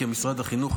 כמשרד החינוך,